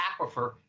aquifer